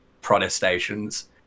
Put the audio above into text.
protestations